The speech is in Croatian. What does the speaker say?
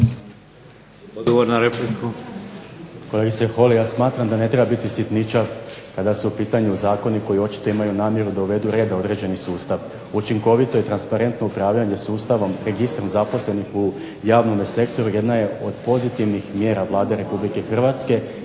Odgovor na repliku.